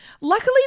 Luckily